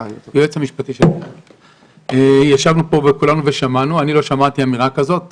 אני לא שמעתי אמירה כזאת.